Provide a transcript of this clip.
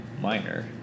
minor